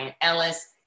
Ellis